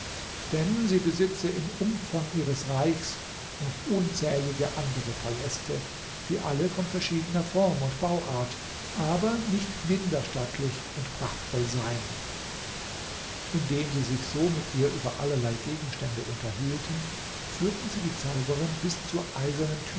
denn sie besitze im umfang ihres reichs noch unzählige andere paläste die alle von verschiedener form und bauart aber nicht minder stattlich und prachtvoll seien indem sie sich so mit ihr über allerlei gegenstände unterhielten führten sie die zauberin bis zur eisernen